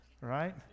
right